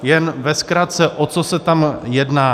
Jen ve zkratce, o co se tam jedná.